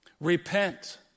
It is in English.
Repent